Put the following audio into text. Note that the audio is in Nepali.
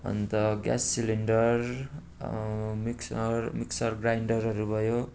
अन्त ग्यास सिलिन्डर मिक्सर मिक्सर ग्राइन्डरहरू भयो